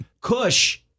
Kush